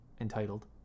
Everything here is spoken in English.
entitled